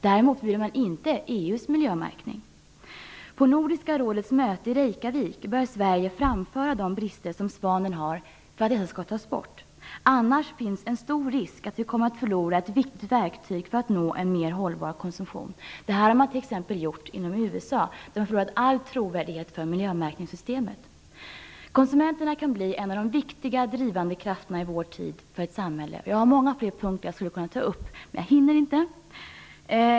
Däremot förbjuder man inte Sverige bör framföra de brister som miljömärkningssystemet svanen har på Nordiska rådets möte i Reykjavik, för att dessa skall tas bort. Annars finns en stor risk att vi kommer att förlora ett viktigt verktyg för att nå en mera hållbar konsumtion. Så är det t.ex. i USA. Där har miljömärkningssystemet förlorat all trovärdighet. Konsumenterna kan bli en av de viktiga drivande krafterna i vår tid. Jag har många fler punkter som jag skulle kunna ta upp, men jag hinner inte.